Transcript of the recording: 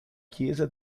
chiesa